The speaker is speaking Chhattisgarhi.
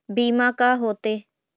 बीमा का होते?